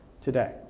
today